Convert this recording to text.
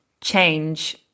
change